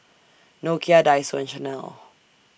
Nokia Daiso and Chanel